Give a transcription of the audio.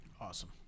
Awesome